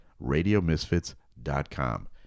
radiomisfits.com